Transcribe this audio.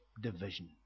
division